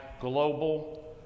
global